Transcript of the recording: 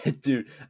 dude